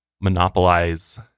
monopolize